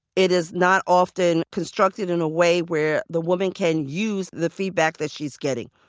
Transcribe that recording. it is not often constructed in a way where the woman can use the feedback that she's getting.